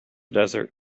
desert